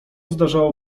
zdarzało